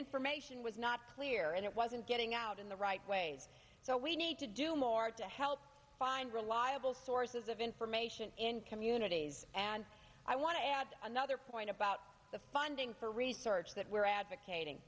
information was not clear and it wasn't getting out in the right way so we need to do more to help find reliable sources of information in communities and i want to add another point about the funding for research that we're advocating